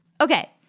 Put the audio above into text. Okay